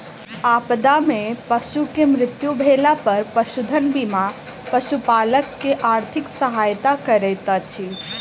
आपदा में पशु के मृत्यु भेला पर पशुधन बीमा पशुपालक के आर्थिक सहायता करैत अछि